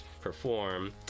perform